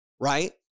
right